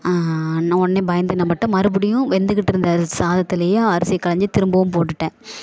நான் உடனே பயந்து என்ன பண்ணிவிட்டேன் மறுபடியும் வெந்துக்கிட்ருந்த சாதத்துலேயே அரிசியை கலைஞ்சி திரும்பவும் போட்டுவிட்டேன்